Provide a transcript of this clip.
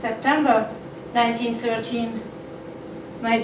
september nineteenth thirteen my